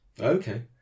Okay